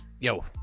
Yo